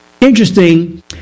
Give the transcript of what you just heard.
Interesting